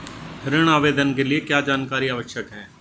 ऋण आवेदन के लिए क्या जानकारी आवश्यक है?